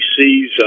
sees